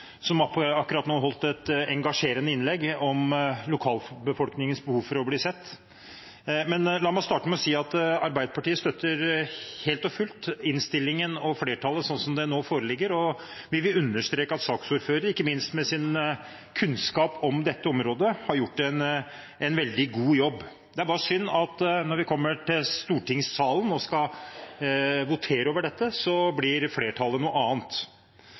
akkurat nå holdt et engasjerende innlegg om lokalbefolkningens behov for å bli sett. Men la meg starte med å si at Arbeiderpartiet støtter helt og fullt innstillingen slik den nå foreligger. Vi vil understreke at saksordføreren, ikke minst med sin kunnskap om dette området, har gjort en veldig god jobb. Det er bare synd at når vi kommer til stortingssalen og skal votere over dette, blir flertallet et annet.